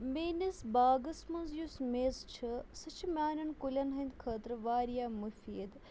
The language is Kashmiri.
میٛٲنِس باغَس منٛز یُس میٚژ چھِ سُہ چھِ میٛانٮ۪ن کُلٮ۪ن ہٕنٛدۍ خٲطرٕ واریاہ مُفیٖد